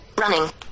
running